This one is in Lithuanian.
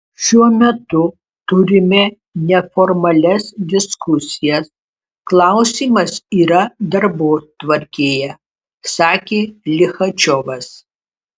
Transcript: šiuo metu turime neformalias diskusijas klausimas yra darbotvarkėje sakė lichačiovas